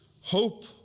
hope